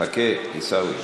חכה, עיסאווי.